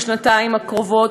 בשנתיים הקרובות,